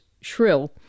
shrill